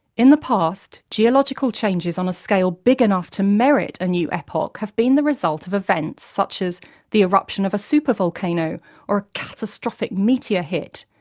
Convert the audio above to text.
in the past, geological changes on a scale big enough to merit a new epoch have been the result of events such as the eruption of a supervolcano or a catastrophic meteor hit,